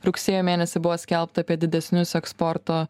rugsėjo mėnesį buvo skelbta apie didesnius eksporto